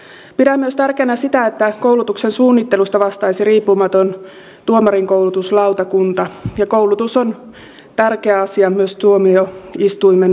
pidän myös tärkeänä sitä että koulutuksen suunnittelusta vastaisi riippumaton tuomarinkoulutuslautakunta ja koulutus on tärkeä asia myös tuomioistuimen piirissä